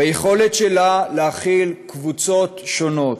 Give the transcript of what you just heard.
ביכולת שלה להכיל קבוצות שונות.